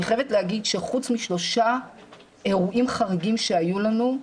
אני חייבת להגיד שחוץ משלושה אירועים חריגים שהיו לנו,